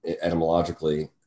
etymologically